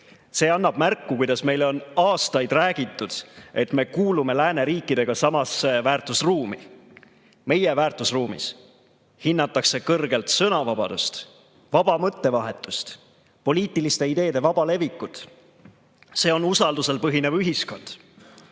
See annab märku, kuidas meil on aastaid räägitud, et me kuulume lääneriikidega samasse väärtusruumi. Meie väärtusruumis hinnatakse kõrgelt sõnavabadust, vaba mõttevahetust, poliitiliste ideede vaba levikut. See on usaldusel põhinev ühiskond.